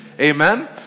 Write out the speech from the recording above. Amen